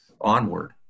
onward